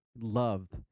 loved